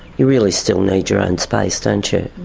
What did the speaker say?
you really still need your own space, don't you.